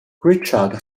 richard